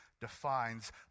defines